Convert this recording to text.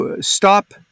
stop